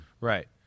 Right